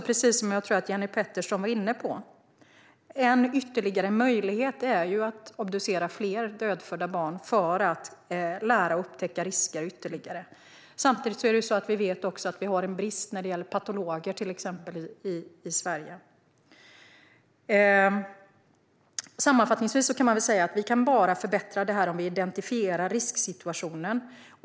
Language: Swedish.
Precis som Jenny Petersson var inne på finns en ytterligare möjlighet, nämligen att obducera fler dödfödda barn för att dra lärdom och upptäcka ytterligare risker. Men samtidigt finns en brist på patologer i Sverige. Att förbättra situationen går enbart om vi identifierar risksituationer.